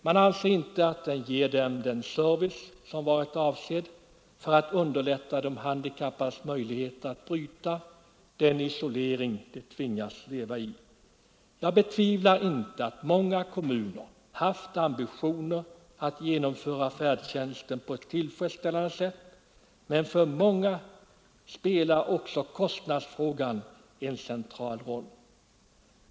Man anser inte att den ger de handikappade den service som varit avsedd för att underlätta deras möjligheter att bryta den isolering de tvingas leva i. Jag betvivlar inte att många kommuner haft ambitioner att genomföra färdtjänsten på ett tillfredsställande sätt, men för många spelar också kostnadsfrågan en central roll.